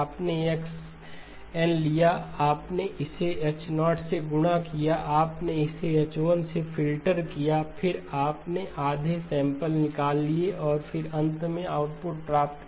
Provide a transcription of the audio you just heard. आपने x n लिया आपने इसे H0 से गुणा किया आपने इसे H1 से फ़िल्टर किया फिर आपने आधे सैंपल निकाल लिए और फिर अंत में आउटपुट प्राप्त किया